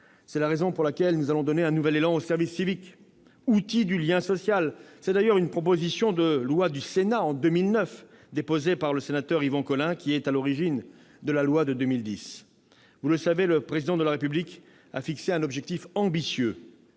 C'est la raison pour laquelle nous allons donner un nouvel élan au service civique, outil du lien social. C'est d'ailleurs une proposition de loi déposée au Sénat en 2009 par Yvon Collin qui est à l'origine de la loi de 2010 relative au service civique. Vous le savez, le Président de la République a fixé un objectif ambitieux.